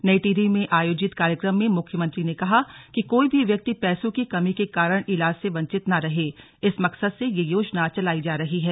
नई टिहरी में आयोजित कार्यक्रम में मुख्यमंत्री ने कहा कि कोई भी व्यक्ति पैसों की कमी के कारण इलाज से वंचित न रहे इस मकसद से यह योजना चलायी जा रही है